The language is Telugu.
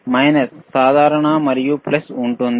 మైనస్ సాధారణ మరియు ప్లస్ ఉంది